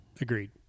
agreed